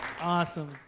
awesome